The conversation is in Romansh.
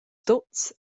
tuts